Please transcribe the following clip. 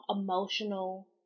emotional